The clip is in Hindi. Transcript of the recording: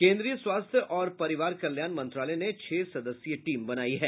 केन्द्रीय स्वास्थ्य और परिवार कल्याण मंत्रालय ने छह सदस्यीय टीम बनाई है